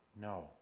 no